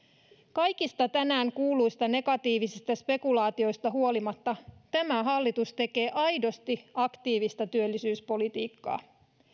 kaikista tänään kuulluista negatiivisista spekulaatioista huolimatta tämä hallitus tekee aidosti aktiivista työllisyyspolitiikkaa